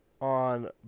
On